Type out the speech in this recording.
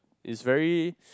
is very